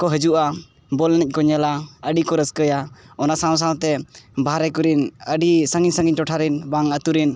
ᱠᱚ ᱦᱤᱡᱩᱜᱼᱟ ᱵᱚᱞ ᱮᱱᱮᱡ ᱠᱚ ᱧᱮᱞᱟ ᱟᱹᱰᱤ ᱠᱚ ᱨᱟᱹᱠᱟᱹᱭᱟ ᱚᱱᱟ ᱥᱟᱶᱼᱥᱟᱶᱛᱮ ᱵᱟᱦᱨᱮ ᱠᱚᱨᱮᱱ ᱟᱹᱰᱤ ᱥᱟᱺᱜᱤᱧᱼᱥᱟᱺᱜᱤᱧ ᱴᱚᱴᱷᱟ ᱨᱮᱱ ᱵᱟᱝ ᱟᱹᱛᱩ ᱨᱮᱱ